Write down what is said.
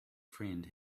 friend